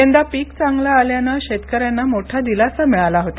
यंदा पीक चांगलं आल्यानं शेतकऱ्यांना मोठा दिलासा मिळाला होता